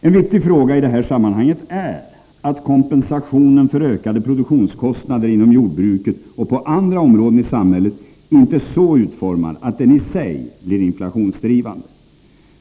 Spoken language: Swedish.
En viktig fråga i detta sammanhang är att kompensationen för ökade produktionskostnader inom jordbruket och på andra områden i samhället inte är så utformad att den i sig blir inflationsdrivande.